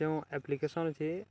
ଯେଉଁ ଏପ୍ଲିକେସନ୍ ଅଛି